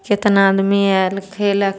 केतना आदमी आयल खेलक